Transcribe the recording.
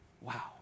Wow